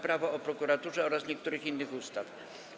Prawo o prokuraturze oraz niektórych innych ustaw.